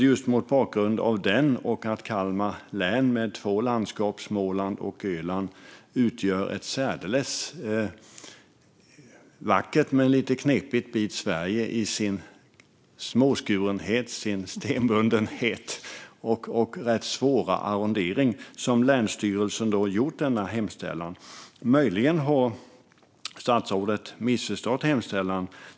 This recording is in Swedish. Just mot bakgrund av detta och mot bakgrund av att Kalmar län, med två landskap, Småland och Öland, utgör en särdeles vacker men lite knepig bit Sverige i sin småskurenhet, stenbundenhet och rätt svåra arrondering, har länsstyrelsen gjort denna hemställan. Möjligen har statsrådet missförstått hemställan.